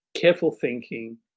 careful-thinking